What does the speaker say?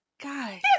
guys